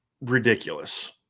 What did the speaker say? ridiculous